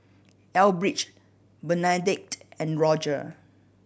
Elbridge Bernadette and Roger